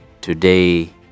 Today